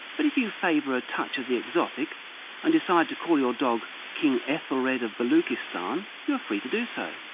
but if you favour a touch of the exotic and decide to call your dog king ethelred of baluchistan, you are free to do so.